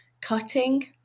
cutting